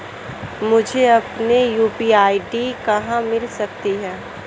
मुझे अपनी UPI ID कहां मिल सकती है?